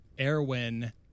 Erwin